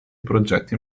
progetti